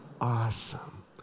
awesome